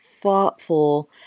thoughtful